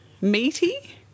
Meaty